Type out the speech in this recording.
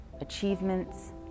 achievements